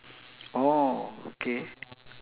oh okay